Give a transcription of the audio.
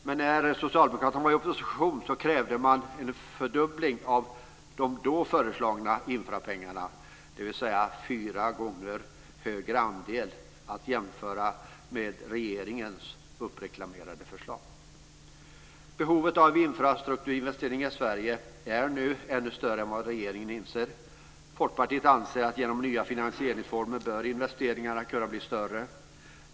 Men när Socialdemokraterna var i opposition krävde de en fördubbling av de då föreslagna infrastrukturpengarna, dvs. en fyra gånger högre andel jämfört med regeringens nu uppreklamerade förslag. Behovet av infrastrukturinvesteringar i Sverige är nu ännu större än vad regeringen inser. Folkpartiet anser att investeringarna bör kunna bli större genom nya finansieringsformer.